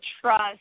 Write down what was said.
trust